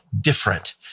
different